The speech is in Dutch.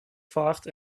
vaart